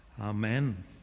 Amen